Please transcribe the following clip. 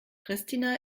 pristina